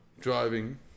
driving